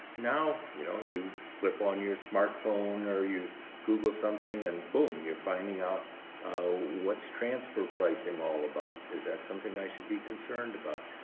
now, you know, you flip on your smartphone or you google something and boom you're finding out what's transfer pricing all about? is that something i should be concerned about?